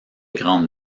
grande